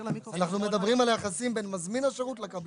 אנחנו מדברים על היחסים בין מזמין השירות לקבלן.